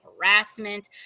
harassment